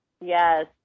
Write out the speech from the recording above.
Yes